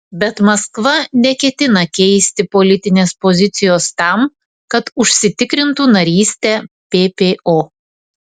bet maskva neketina keisti politinės pozicijos tam kad užsitikrintų narystę ppo